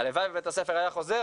הלוואי ובית הספר היה חוזר,